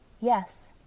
Yes